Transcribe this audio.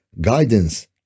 guidance